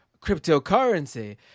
cryptocurrency